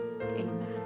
Amen